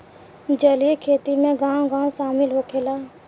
जलीय खेती में गाँव गाँव शामिल होखेला